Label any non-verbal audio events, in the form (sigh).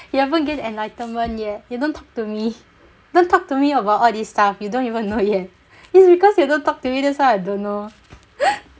you haven't gain enlightenment yet you don't talk to me don't talk to me about all this stuff you don't even know yet it's because you don't talk to me that's why I don't know (laughs)